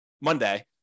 monday